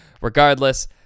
regardless